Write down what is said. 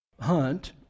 Hunt